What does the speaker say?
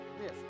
yes